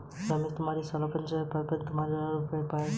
रमेश तुम्हारी सालाना आय पांच लाख़ से ऊपर है तभी तुम ऋण ले पाओगे